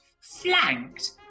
flanked